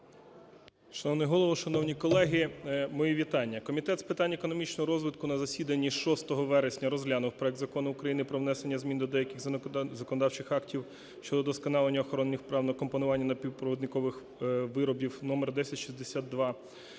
Шановний Голово, шановні колеги, мої вітання. Комітет з питань економічного розвитку на засіданні 6 вересня розглянув проект Закону України про внесення змін до деяких законодавчих актів щодо вдосконалення охорони прав на компонування напівпровідникових виробів (номер 1062)